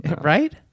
right